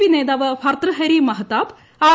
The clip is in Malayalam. പി നേതാവ് ഭർത്തൃഹരി മഹ്താബ് ആർ